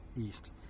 east